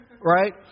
right